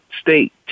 state